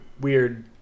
weird